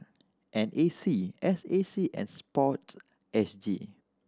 N A C S A C and SPORTSG